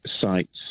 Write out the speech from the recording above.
sites